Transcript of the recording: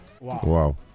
wow